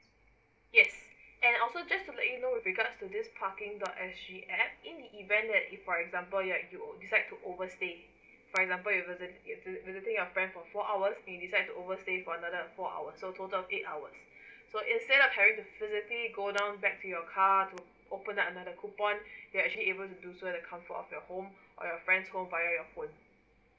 yes and also just to let you know with regards to this parking dot S_G app in the event that you for example you you would you decide to overstay for example you visiting your friend for four hours he decide to overstay for another four hours so total of eight hours so instead of having physically go down back to your car to open up another coupon there actually able to do so at the comfort of your home at your friend's home via your phone